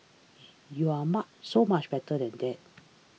you are so much better than that